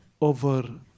over